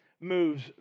moves